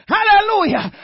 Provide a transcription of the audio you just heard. Hallelujah